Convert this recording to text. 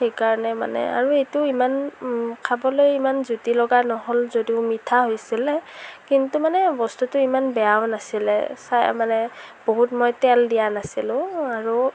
সেইকাৰণে মানে আৰু এইটো ইমান খাবলৈ ইমান জুতি লগা নহ'ল যদিও মিঠা হৈছিলে কিন্তু মানে বস্তুটো ইমান বেয়াও নাছিলে চাই মানে বহুত মই তেল দিয়া নাছিলো আৰু